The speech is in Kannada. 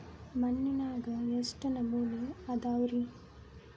ಮಣ್ಣಿನಾಗ ಎಷ್ಟು ನಮೂನೆ ಅದಾವ ರಿ?